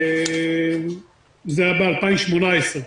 זה היה ב-2018.